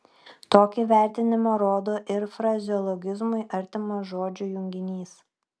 tokį vertinimą rodo ir frazeologizmui artimas žodžių junginys